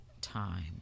time